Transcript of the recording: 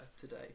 today